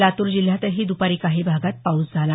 लातूर जिल्ह्यातही द्पारी काही भागात पाऊस झाला